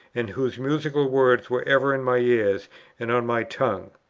and whose musical words were ever in my ears and on my tongue!